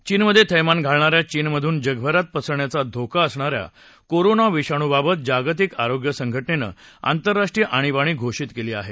चीनमधे थैमान घालणाऱ्या आणि चीनमधून जगभरात पसरण्याचा धोका असणाऱ्या कोरोना विषाणूबाबत जागतिक आरोग्य संघटनेनं आंतरराष्ट्रीय आणीबाणी घोषित केली आहे